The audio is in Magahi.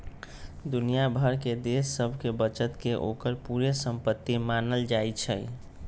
दुनिया भर के देश सभके बचत के ओकर पूरे संपति मानल जाइ छइ